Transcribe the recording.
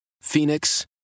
Phoenix